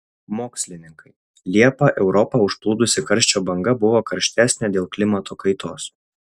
mokslininkai liepą europą užplūdusi karščio banga buvo karštesnė dėl klimato kaitos